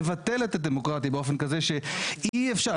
לבטל את הדמוקרטיה באופן כזה שאי אפשר,